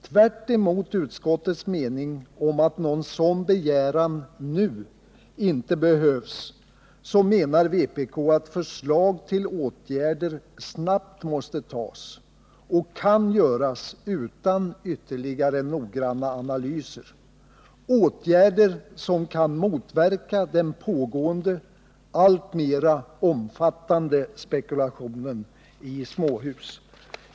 Tvärtemot utskottets mening att någon sådan begäran nu inte behövs anser vpk att förslag till åtgärder, som kan motverka den pågående alltmer omfattande spekulationen i småhus, snabbt måste framläggas. Det kan göras utan ytterligare noggranna analyser.